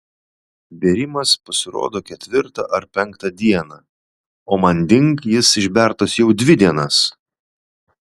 bėrimas pasirodo ketvirtą ar penktą dieną o manding jis išbertas jau dvi dienas